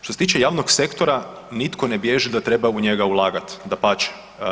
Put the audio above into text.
Što se tiče javnog sektora nitko ne bježi da treba u njega ulagat, dapače.